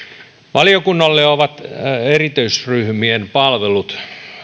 valiokunnalle ovat erityisryhmien palvelut